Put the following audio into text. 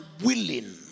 willing